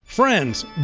Friends